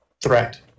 threat